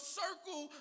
circle